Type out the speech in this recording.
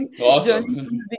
Awesome